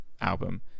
album